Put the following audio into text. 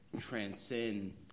transcend